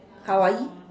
Hawaii